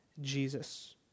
Jesus